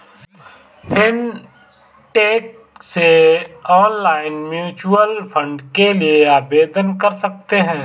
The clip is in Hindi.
फिनटेक से ऑनलाइन म्यूच्यूअल फंड के लिए आवेदन कर सकते हैं